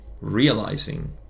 realizing